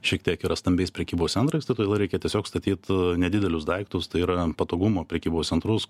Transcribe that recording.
šiek tiek yra stambiais prekybos centrais tai todėl reikia tiesiog statyt nedidelius daiktus tai yra patogumo prekybos centrus